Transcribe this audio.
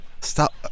Stop